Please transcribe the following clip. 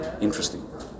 interesting